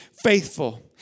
faithful